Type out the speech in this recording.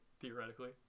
theoretically